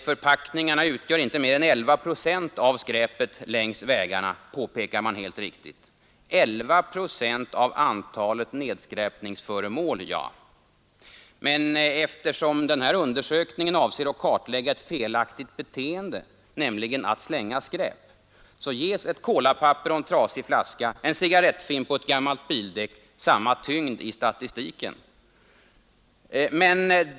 Förpackningarna utgör inte mer än 11 procent av skräpet längs vägarna, påpekar man helt riktigt. 11 procent av antalet nedskräpningsföremål! Men eftersom den här undersökningen avser att kartlägga ett felaktigt beteende, nämligen att slänga skräp, så ges ett kolapapper och en trasig flaska, en cigarrettfimp och ett gammalt bildäck samma tyngd i statistiken.